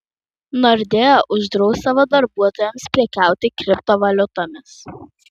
nordea uždraus savo darbuotojams prekiauti kriptovaliutomis